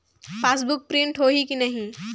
Passbook print होही कि नहीं?